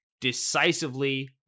decisively